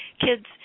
kids